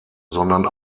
sondern